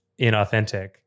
inauthentic